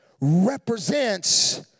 represents